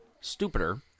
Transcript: stupider